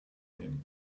him